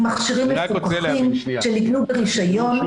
עם מכשירים מפוקחים שניקנו ברשיון,